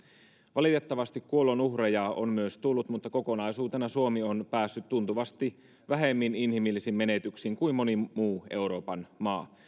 valitettavasti kuolonuhreja on myös tullut mutta kokonaisuutena suomi on päässyt tuntuvasti vähemmin inhimillisin menetyksin kuin moni muu euroopan maa